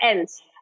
else